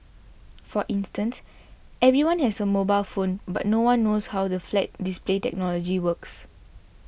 for instance everyone has a mobile phone but no one knows how the flat display technology works